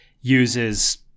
uses